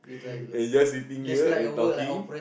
just sitting here and talking